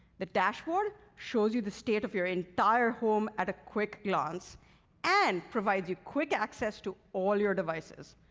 the dashboard shows you the state of your entire home at a quick glance and provides you quick access to all your devices.